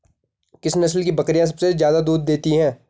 किस नस्ल की बकरीयां सबसे ज्यादा दूध देती हैं?